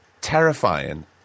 terrifying